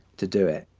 to do it,